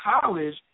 college